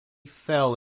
fell